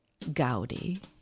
Gaudi